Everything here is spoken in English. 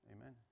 Amen